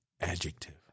Adjective